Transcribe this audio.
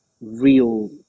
real